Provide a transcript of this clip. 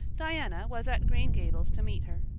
diana was at green gables to meet her.